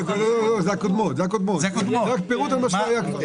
זה הקודמות, זה רק פירוט על מה שהיה כבר.